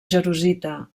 jarosita